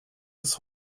des